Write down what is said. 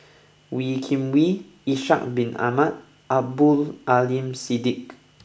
Wee Kim Wee Ishak Bin Ahmad and Abdul Aleem Siddique